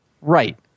Right